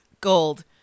gold